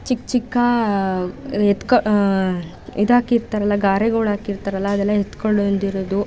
ಚಿಕ್ಕ ಚಿಕ್ಕ ಎತ್ಕೊ ಇದಾಕಿರ್ತಾರಲ್ಲ ಗಾರೆಗಳಾಕಿರ್ತಾರಲ್ಲ ಅದೆಲ್ಲ ಎತ್ಕೊಂಡು ಬಂದಿರೋದು